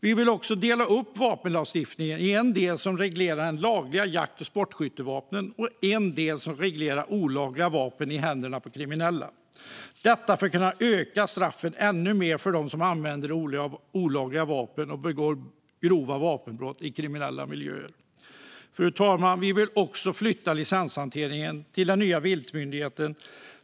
Vi vill också dela upp vapenlagstiftningen i en del som reglerar lagliga jakt och sportskyttevapen och en del som reglerar olagliga vapen i händerna på kriminella, detta för att kunna skärpa straffen ännu mer för dem som använder olagliga vapen och begår grova vapenbrott i kriminella miljöer. Fru talman! Vi vill flytta licenshanteringen till den nya viltmyndigheten.